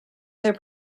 other